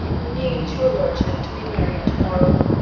means your lordship to be married to-morrow?